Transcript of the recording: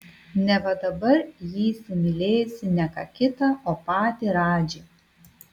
neva dabar ji įsimylėjusi ne ką kitą o patį radžį